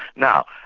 now,